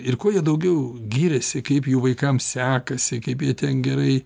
ir kuo jie daugiau gyriasi kaip jų vaikam sekasi kaip jie ten gerai